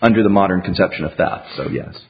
under the modern conception of stuff so yes